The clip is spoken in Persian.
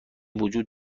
وجود